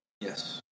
Yes